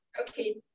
Okay